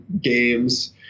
games